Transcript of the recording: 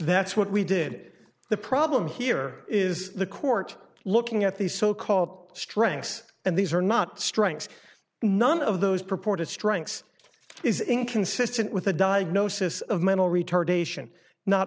that's what we did the problem here is the court looking at these so called strengths and these are not strengths none of those purported strengths is inconsistent with a diagnosis of mental retardation not